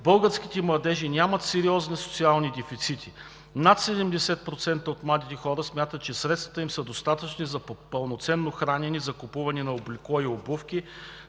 българските младежи нямат сериозни социални дефицити. Над 70% от младите хора смятат, че средствата им са достатъчни за пълноценно хранене, закупуване на облекло и обувки,